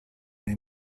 nei